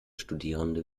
studierende